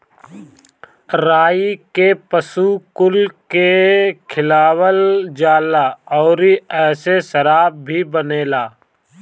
राई के पशु कुल के खियावल जाला अउरी एसे शराब भी बनेला